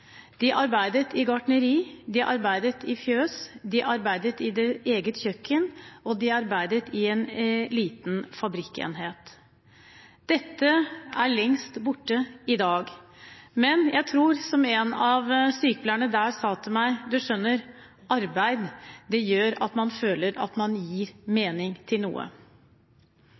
De arbeidet i gartneri, de arbeidet i fjøs, de arbeidet i et eget kjøkken, og de arbeidet i en liten fabrikkenhet. Dette er for lengst borte i dag, men jeg tror det som en av sykepleierne der sa til meg: Du skjønner at arbeid, det gjør at man føler at man gir